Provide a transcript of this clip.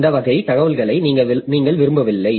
அந்த வகை தகவல்களை நீங்கள் விரும்பவில்லை